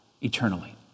eternally